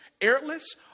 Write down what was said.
airless